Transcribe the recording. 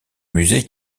musée